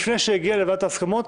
לפני שהיא הגיעה לוועדת ההסכמות,